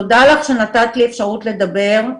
תודה לך שנתת לי אפשרות לדבר.